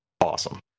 awesome